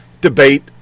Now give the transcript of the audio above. debate